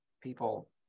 people